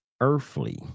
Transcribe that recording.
earthly